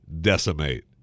Decimate